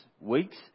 weeks